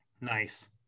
nice